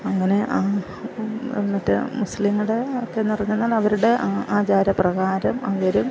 അങ്ങനെ മറ്റേ മുസ്ലീങ്ങളുടെ ഒക്കെ എന്ന് പറഞ്ഞാൽ അവരുടെ ആചാരപ്രകാരം അവരും